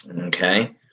Okay